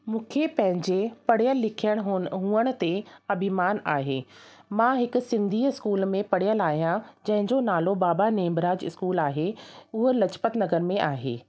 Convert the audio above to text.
मूंखे पंहिंजे पढ़ियलु लिखियलु हुअण ते अभिमान आहे मां हिकु सिंधीअ स्कूल में पढ़ियलु आहियां जंहिंजो नालो बाबा नेभराज स्कूल आहे उहो लाजपत नगर में आहे